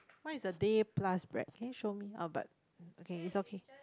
what is the Day Plus Break okay show me how about okay is okay